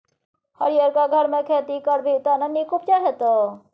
हरियरका घरमे खेती करभी त नीक उपजा हेतौ